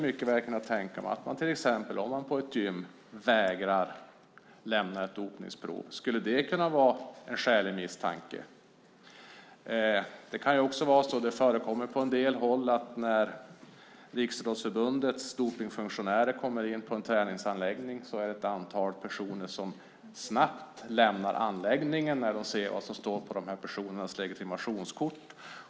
Om man på ett gym vägrar att lämna ett dopningsprov, skulle det kunna vara en skälig misstanke? När Riksidrottsförbundets dopningsfunktionärer kommer in på en träningsanläggning förekommer det på en del håll att ett antal personer snabbt lämnar anläggningen när de ser funktionärernas legitimationskort.